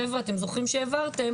חבר'ה אתם זוכרים שהעברתם,